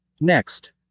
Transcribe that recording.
Next